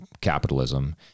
capitalism